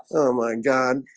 my god